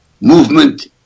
movement